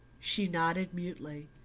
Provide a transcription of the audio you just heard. she nodded mutely.